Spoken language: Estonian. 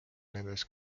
nendest